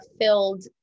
filled